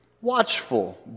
watchful